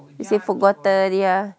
is he forgotten ya